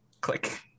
click